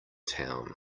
town